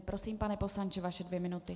Prosím, pane poslanče, vaše dvě minuty.